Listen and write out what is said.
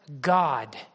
God